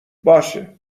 باشه